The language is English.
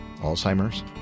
Alzheimer's